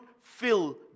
fill